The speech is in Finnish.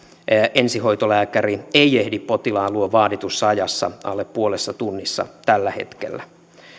ensihoitolääkäri ei ehdi potilaan luo vaaditussa ajassa alle puolessa tunnissa tällä hetkellä